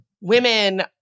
women